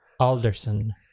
alderson